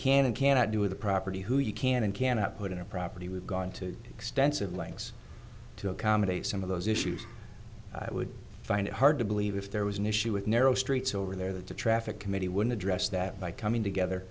can and cannot do with the property who you can and cannot put in a property we've gone to extensive lengths to accommodate some of those issues i would find it hard to believe if there was an issue with narrow streets over there that the traffic committee would address that by coming together